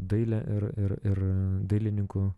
dailę ir ir dailininkų